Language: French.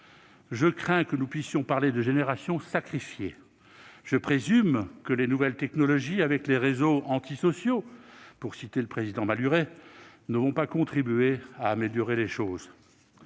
Je crains que nous ne puissions parler de générations sacrifiées. Je présume que les nouvelles technologies, avec les « réseaux antisociaux », pour citer le président de notre groupe, Claude Malhuret, ne vont pas contribuer à améliorer les choses